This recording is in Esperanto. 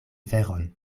veron